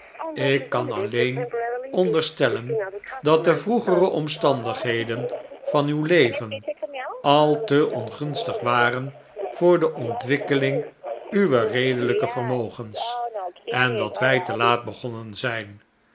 ik kan alleen onderstellen dat de vroegere omstandigheden van uw leven al te ongunstig waren voor de ontwikkeling uwer redelijke vermogens en dat wij te laat begonnen zijn